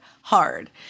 hard